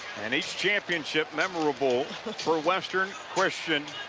and each championship memorable for western christian.